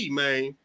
man